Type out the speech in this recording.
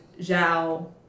Zhao